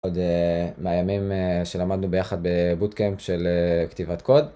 עוד מהימים שלמדנו ביחד בבוטקאמפ של כתיבת קוד.